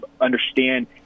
understand